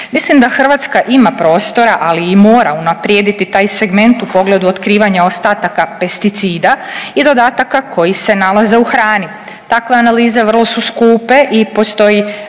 Mislim da Hrvatska ima prostora, ali i mora unaprijediti taj segment u pogledu otkrivanja ostataka pesticida i dodataka koji se nalaze u hrani. Takve analize vrlo su skupe i postoji